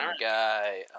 guy